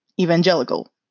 Evangelical